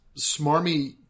smarmy